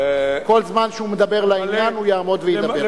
כל זמן שהוא מדבר לעניין, הוא יעמוד וידבר.